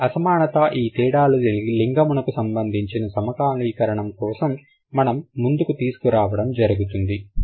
ఈ అసమానత ఈ తేడాలు లింగమునకు సంబంధించిన సాధారణీకరణం మన ముందుకు తీసుకురావడం జరుగుతుంది